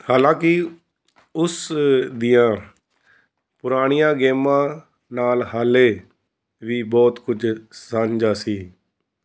ਹਾਲਾਂਕਿ ਉਸ ਦੀਆਂ ਪੁਰਾਣੀਆਂ ਗੇਮਾਂ ਨਾਲ ਹਾਲੇ ਵੀ ਬਹੁਤ ਕੁਝ ਸਾਂਝਾ ਸੀ